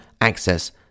access